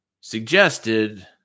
suggested